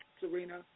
Serena